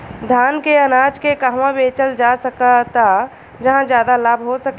धान के अनाज के कहवा बेचल जा सकता जहाँ ज्यादा लाभ हो सके?